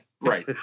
right